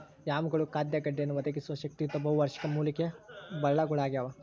ಯಾಮ್ಗಳು ಖಾದ್ಯ ಗೆಡ್ಡೆಯನ್ನು ಒದಗಿಸುವ ಶಕ್ತಿಯುತ ಬಹುವಾರ್ಷಿಕ ಮೂಲಿಕೆಯ ಬಳ್ಳಗುಳಾಗ್ಯವ